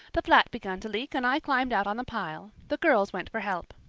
the flat began to leak and i climbed out on the pile. the girls went for help.